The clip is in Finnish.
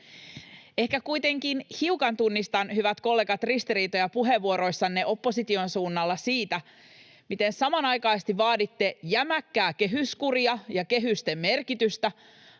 Ehkä kuitenkin hiukan tunnistan, hyvät kollegat, ristiriitoja puheenvuoroissanne opposition suunnalla siinä, miten samanaikaisesti vaaditte jämäkkää kehyskuria ja kehysten merkitystä